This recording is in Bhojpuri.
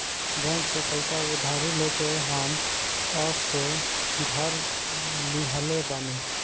बैंक से पईसा उधारी लेके हम असो घर लीहले बानी